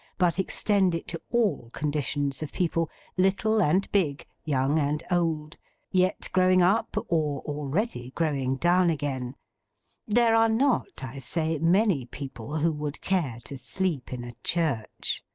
but extend it to all conditions of people little and big, young and old yet growing up, or already growing down again there are not, i say, many people who would care to sleep in a church.